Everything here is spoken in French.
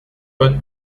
haute